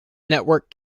network